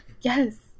Yes